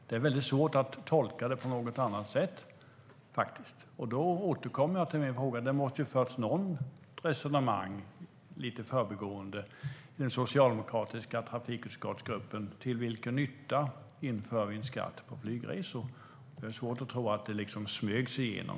Det är väldigt svårt att tolka det på något annat sätt. Jag återkommer till min fråga. Det måste ha förts något resonemang, lite i förbigående, i den socialdemokratiska trafikutskottsgruppen: Till vilken nytta inför vi en skatt på flygresor? Jag har svårt att tro att det liksom smögs igenom.